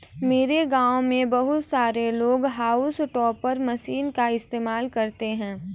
मेरे गांव में बहुत सारे लोग हाउस टॉपर मशीन का इस्तेमाल करते हैं